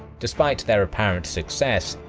despite their apparent success,